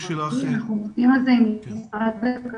--- אנחנו עובדים על כך עם משרד הכלכלה,